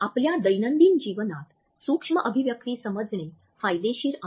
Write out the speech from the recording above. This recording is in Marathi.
आपल्या दैनंदिन जीवनात सूक्ष्म अभिव्यक्ती समजणे फायदेशीर आहे